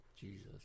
Jesus